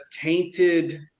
tainted